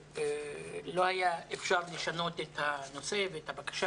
לא היה אפשר לשנות את שם הנושא ואת הבקשה